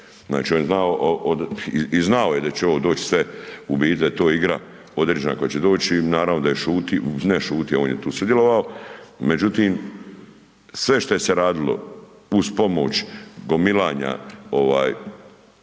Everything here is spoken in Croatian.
znači, on je znao od, i znao je da će ovo doć sve u biti da je to igra određena koja će doći, naravno da je šutio, ne šutio, on je tu sudjelovao, međutim, sve šta je se radilo uz pomoć gomilanja dugova